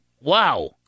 wow